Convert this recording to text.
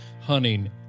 hunting